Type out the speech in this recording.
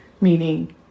meaning